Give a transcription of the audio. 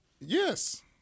Yes